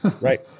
Right